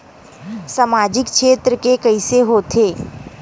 सामजिक क्षेत्र के कइसे होथे?